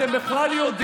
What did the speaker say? יש עוד הצבעה,